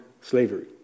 Slavery